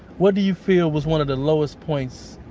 what do you feel was one of the lowest points,